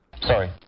Sorry